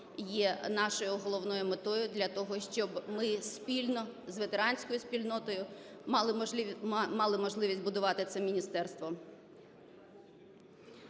є нашою головною метою, для того щоб ми спільно з ветеранською спільнотою мали можливість будувати це міністерство.